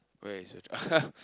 where is your